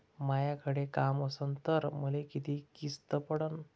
मायाकडे काम असन तर मले किती किस्त पडन?